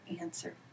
answer